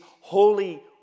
holy